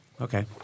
Okay